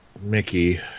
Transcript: Mickey